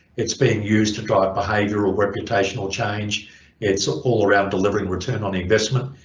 it's being used to drive behavior or reputation or change it's ah all around delivering return on investment.